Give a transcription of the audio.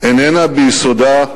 איננה ביסודה,